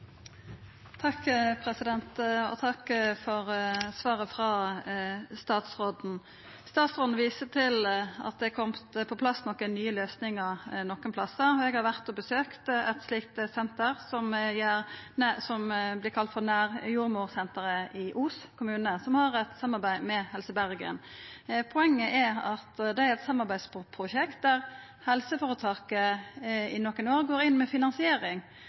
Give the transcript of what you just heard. Takk for svaret frå statsråden. Statsråden viser til at det er kome på plass nokre nye løysingar nokre stader. Eg har besøkt eit slikt senter, som vert kalla nærjordmorsenter, i Os kommune, som har eit samarbeid med Helse Bergen. Poenget er at dei har eit samarbeidsprosjekt der helseføretaket i nokre år går inn med finansiering.